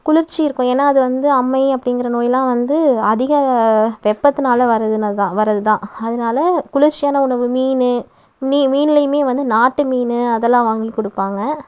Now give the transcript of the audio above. குளிர்ச்சி இருக்கும் ஏன்னா அது வந்து அம்மை அப்படிங்கிற நோய்லாம் வந்து அதிக வெப்பத்தினால் வரதுனாலதான் வரது தான் அதனால குளிர்ச்சியான உணவு மீன் மீ மீன்லையுமே வந்து நாட்டு மீன் அதெல்லாம் வாங்கி கொடுப்பாங்க